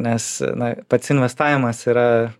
nes na pats investavimas yra